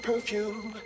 perfume